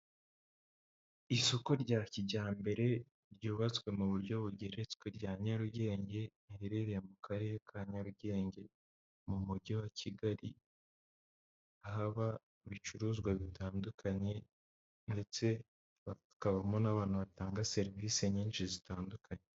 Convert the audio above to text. Isoko rya kijyambere ryubatswe mu buryo bugeretswe rya nyarugenge; riherereye mu karere ka nyarugenge; mu mujyi wa kigali; ahaba ibicuruzwa bitandukanye ndetse hakabamo n'abantu batanga serivisi nyinshi zitandukanye.